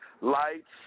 lights